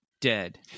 dead